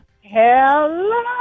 Hello